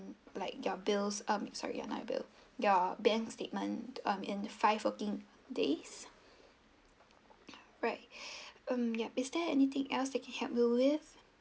like your bills um sorry not your bill your bank statement um in five working days right um yup is there anything else that I can help you with